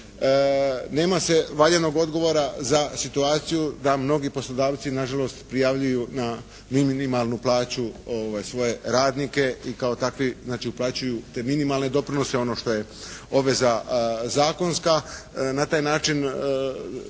Nema se valjanog odgovora za situaciju da mnogi poslodavci na žalost prijavljuju na minimalnu plaću svoje radnike i kao takvi znači uplaćuju te minimalne doprinose, ono što je obveza zakonska.